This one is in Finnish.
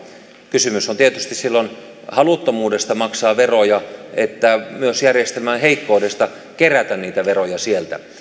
kysymys on silloin tietysti sekä haluttomuudesta maksaa veroja että myös järjestelmän heikkoudesta kerätä niitä veroja sieltä